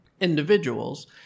individuals